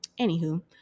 anywho